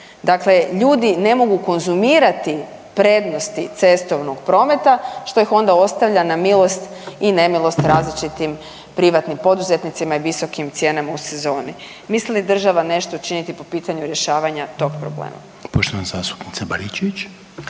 Dakle, ljudi ne mogu konzumirati prednosti cestovnog prometa što ih onda ostavlja na milost i nemilost različitim privatnim poduzetnicima i visokim cijenama u sezoni. Misli li država nešto učiniti po pitanju rješavanja tog problema?